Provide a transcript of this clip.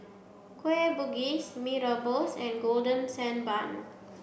Kueh Bugis Mee Rebus and Golden Sand Bun